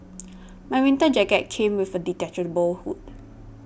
my winter jacket came with a detachable hood